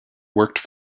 worked